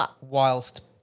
whilst